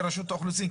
לרשות האוכלוסין,